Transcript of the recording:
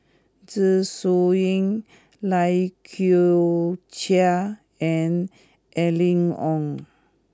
Zeng Shouyin Lai Kew Chai and Aline Wong